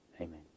amen